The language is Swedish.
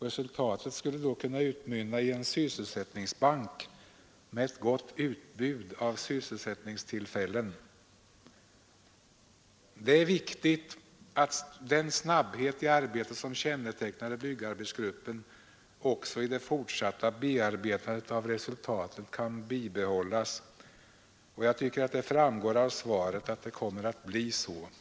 Resultatet skulle då kunna bli en sysselsättningsbank med ett gott utbud av sysselsättningstillfällen. Det är viktigt att den snabbhet i arbetet som kännetecknade byggarbetsgruppen också i det fortsatta bearbetandet av resultaten kan bibehållas, och jag tycker det framgår av svaret att det kommer att bli så.